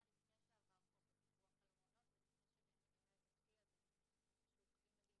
לפני שעבר חוק הפיקוח על המעונות ולפני שהיה הכלי